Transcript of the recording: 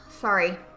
Sorry